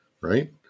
right